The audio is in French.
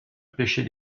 pêcher